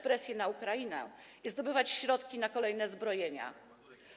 presję na Ukrainę i zdobywać środki na kolejne zbrojenia.